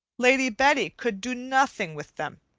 lady betty could do nothing with them,